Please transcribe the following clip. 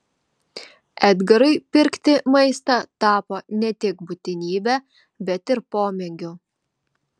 edgarui pirkti maistą tapo ne tik būtinybe bet ir pomėgiu